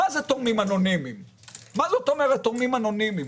מה זאת אומרת תורמים אנונימיים?